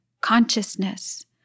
consciousness